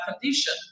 condition